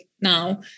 now